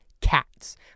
Cats